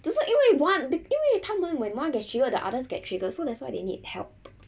只是因为 one be~ 因为他们 when one gets triggered the others get triggered so that's why they need help